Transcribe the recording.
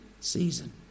season